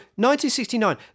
1969